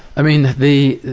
i mean, the,